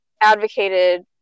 advocated